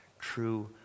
true